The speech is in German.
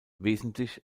wesentlich